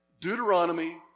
Deuteronomy